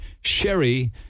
sherry